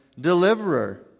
deliverer